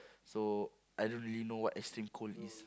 so I don't really know what extreme cold is